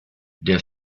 der